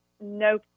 no